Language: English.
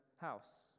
house